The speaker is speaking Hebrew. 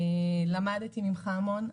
למדתי ממך המון.